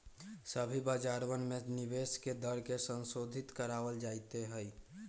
सभी बाजारवन में निवेश के दर के संशोधित करावल जयते हई